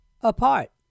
apart